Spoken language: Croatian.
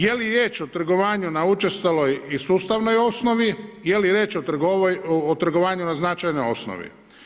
Je li riječ o trgovanju na učestaloj i ustavnoj osnovi, je li riječ o trgovanju na značajnoj osnovi.